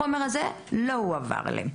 זה לא מועבר אליו.